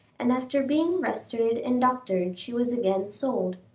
and after being rested and doctored she was again sold.